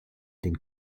den